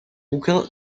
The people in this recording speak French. bouquin